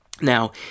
Now